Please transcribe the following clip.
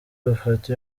bufate